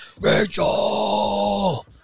Rachel